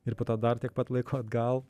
ir po to dar tiek pat laiko atgal